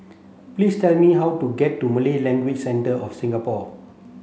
please tell me how to get to Malay Language Centre of Singapore